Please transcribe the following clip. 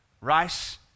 Rice